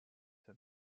and